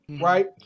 right